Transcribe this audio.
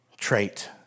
trait